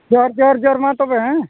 ᱡᱚᱸᱦᱟᱨ ᱡᱚᱸᱦᱟᱨ ᱡᱚᱸᱦᱟᱨ ᱢᱟ ᱛᱚᱵᱮ ᱦᱮᱸ